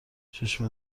چشم